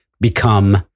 become